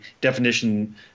definition